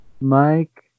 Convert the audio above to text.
Mike